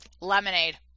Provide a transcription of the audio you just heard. Lemonade